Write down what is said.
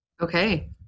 Okay